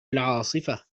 العاصفة